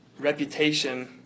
reputation